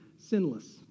sinless